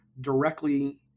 directly